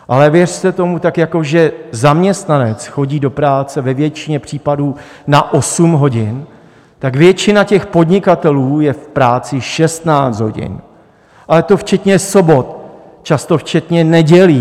Ale věřte tomu, tak jako že zaměstnanec chodí do práce ve většině případů na osm hodin, tak většina těch podnikatelů je v práci šestnáct hodin, a to včetně sobot, často včetně nedělí.